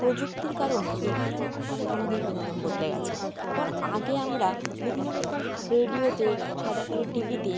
প্রযুক্তির কারণে বিভিন্ন রকমভাবে আমাদের বিনোদন বদলে গেছে কারণ আগে আমরা বিভিন্ন রকম রেডিওতে সাদা কালো টিভিতে